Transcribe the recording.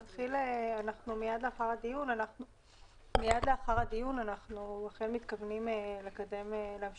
מייד לאחר הדיון אנחנו אכן מתכוונים להמשיך